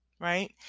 right